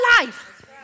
life